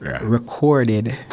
recorded